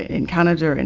in canada, and